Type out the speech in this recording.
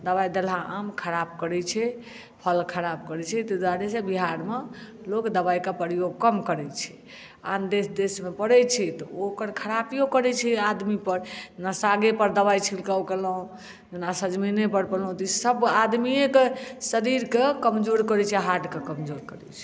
दवाइ देलहा आम खराप करै छै फल खराप करै छै ताहि दुआरे बिहारमे लोक दवाइके प्रयोग कम करै छै आन देश देशमे परै छै तऽ ओकर खरापियो करै छै आदमी पर जेना सागे पर दवाइ छिड़काउ केलहुॅं जेना सजमनि पर केलहुॅं तऽ ई सब आदमीयेके शरीरके कमजोर करै छै हार्ट के कमजोर करै छै